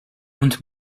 und